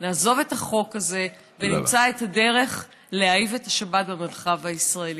נעזוב את החוק הזה ונמצא את הדרך להאהיב את השבת במרחב הישראלי.